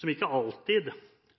som ikke alltid